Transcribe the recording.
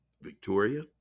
Victoria